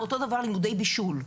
אותו דבר לימודי בישול.